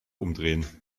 umdrehen